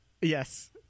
Yes